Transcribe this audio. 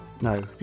no